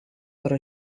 però